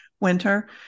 winter